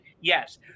Yes